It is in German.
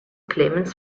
clemens